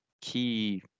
key